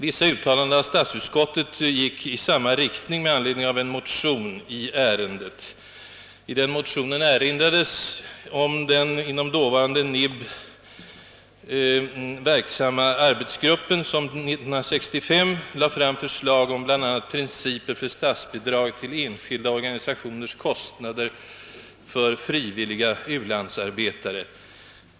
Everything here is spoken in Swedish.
Vissa uttalanden av statsutskottet med anledning av en av mig väckt motion i ärendet gick i samma riktning. I den motionen erinrades om den inom dåvarande NIB verksamma arbetsgruppen, som 1965 lade fram förslag om bl.a. principer för statsbidrag till enskilda organisationers kostnader för frivilliga u-landsarbetare.